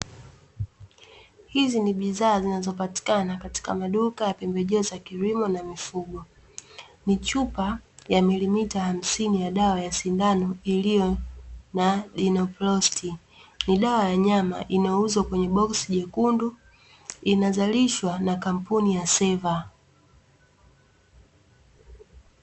Hizi ni bidhaa zinazopatikana katika maduka ya pembejeo za kilimo na mifugo. Ni chupa ya milimita hamsini ya dawa ya sindano iliyo na "Enzaprost T". Ni dawa ya wanyama inayouzwa kwenye boksi jekundu, inazalishwa na kampuni ya "Ceva".